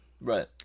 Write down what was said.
Right